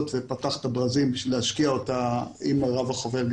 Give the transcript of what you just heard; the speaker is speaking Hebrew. ופתח את הברזים כדי להשקיע אותה עם רב החובל.